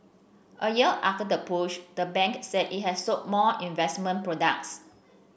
a year after the push the bank said it has sold more investment products